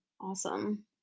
Awesome